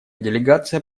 делегация